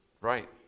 Right